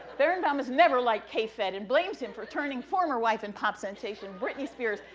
berenabaum is never like k fed and blames him for turning former wife and pop sensation, brittany spears,